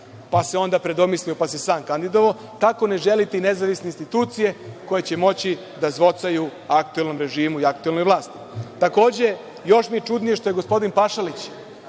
pa se onda predomislio pa se sam kandidovao, tako ne želite i nezavisne institucije koje će moći da zvocaju aktuelnom režimu i aktuelnoj vlasti. Takođe, još mi je čudnije što je gospodin Pašalić